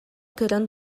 көрөн